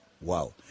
Wow